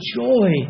joy